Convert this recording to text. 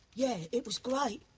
yeah, it was great.